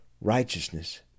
righteousness